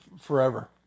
forever